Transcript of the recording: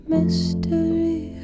Mystery